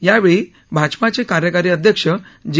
यावेळी भाजपाचे कार्यकारी अध्यक्ष जे